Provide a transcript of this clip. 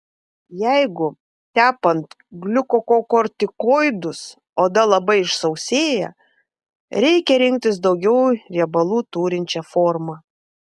jeigu tepant gliukokortikoidus oda labai išsausėja reikia rinktis daugiau riebalų turinčią formą